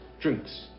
Drinks